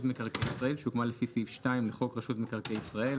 מקרקעי ישראל שהוקמה לפי סעיף 2 לחוק רשות מקרקעי ישראל,